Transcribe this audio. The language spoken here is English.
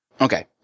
Okay